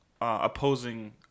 Opposing